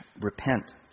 Repent